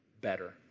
better